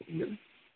ঠিক আছে